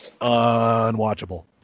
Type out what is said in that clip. unwatchable